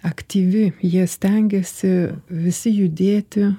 aktyvi jie stengiasi visi judėti